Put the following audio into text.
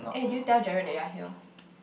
eh did you tell Gerald that you are here